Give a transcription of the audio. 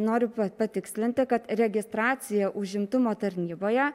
noriu pa patikslinti kad registracija užimtumo tarnyboje